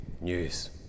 news